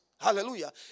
Hallelujah